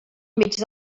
mig